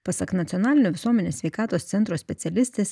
pasak nacionalinio visuomenės sveikatos centro specialistės